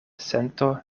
sento